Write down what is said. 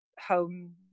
home